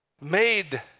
made